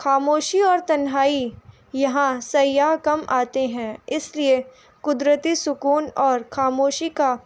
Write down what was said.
خاموشی اور تنہائی یہاں سیاح کم آتے ہیں اس لیے قدرتی سکون اور خاموشی کا